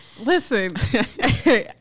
Listen